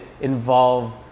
involve